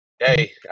hey